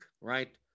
right